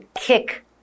kick